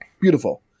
Beautiful